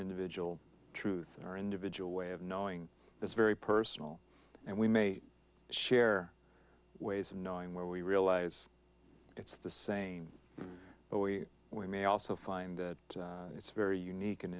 individual truth or individual way of knowing this very personal and we may share ways of knowing where we realize it's the same but we we may also find that it's very unique and